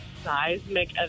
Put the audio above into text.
seismic